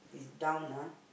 is down ah